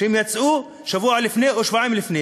שיצאו שבוע לפני או שבועיים לפני.